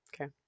Okay